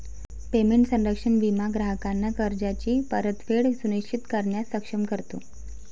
payment संरक्षण विमा ग्राहकांना कर्जाची परतफेड सुनिश्चित करण्यास सक्षम करतो